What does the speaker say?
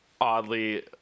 oddly